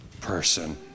person